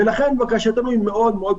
לכן בקשתנו היא מאוד מאוד פשוט.